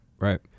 right